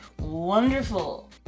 wonderful